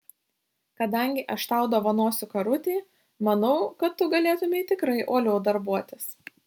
kadangi aš tau dovanosiu karutį manau kad tu galėtumei tikrai uoliau darbuotis